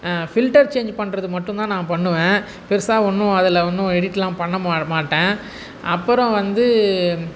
filter change பண்ணுறது மட்டும் தான் நான் பண்ணுவேன் பெருசாக ஒன்றும் அதில் ஒன்றும் எடிட்லாம் பண்ண மா மாட்டேன் அப்புறம் வந்து